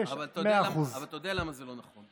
אבל אתה יודע למה זה לא נכון.